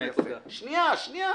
שנייה, שנייה.